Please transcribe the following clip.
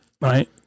right